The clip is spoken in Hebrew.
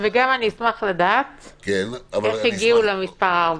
ואני אשמח גם לדעת איך הגיעו למספר ארבע.